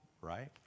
right